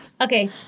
Okay